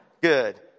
Good